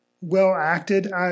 well-acted